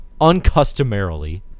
uncustomarily